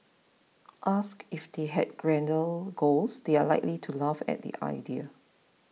asked if they had grander goals they are likely to laugh at the idea